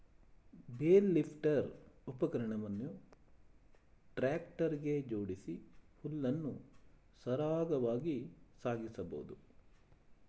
bale lifter ಉಪಕರಣವನ್ನು tractor ಗೆ ಜೋಡಿಸಿ ಹುಲ್ಲನ್ನು ಸರಾಗವಾಗಿ ಸಾಗಿಸಬೋದು